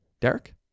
Derek